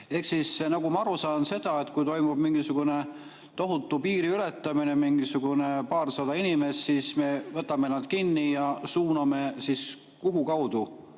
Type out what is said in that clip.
kaudu. Nagu ma aru saan, kui toimub mingisugune tohutu piiriületamine, mingisugune paarsada inimest, siis me võtame nad kinni ja suuname tagasi.